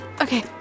Okay